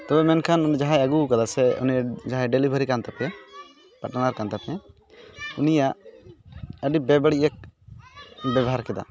ᱛᱚᱵᱮ ᱢᱮᱱᱠᱷᱟᱱ ᱡᱟᱦᱟᱸᱭᱮ ᱟᱜᱩᱣᱟᱟᱫᱟ ᱥᱮ ᱩᱱᱤ ᱡᱟᱦᱟᱸᱭ ᱰᱮᱞᱤᱵᱷᱟᱨᱤ ᱠᱟᱱ ᱛᱟᱯᱮ ᱯᱟᱴᱱᱟᱨ ᱠᱟᱱ ᱛᱟᱯᱮᱭᱟ ᱩᱱᱤᱭᱟᱜ ᱟᱹᱰᱤ ᱵᱮᱼᱵᱟᱹᱲᱤᱡ ᱮ ᱵᱮᱵᱚᱦᱟᱨ ᱠᱮᱫᱟ